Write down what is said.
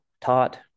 taught